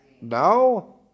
no